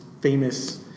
famous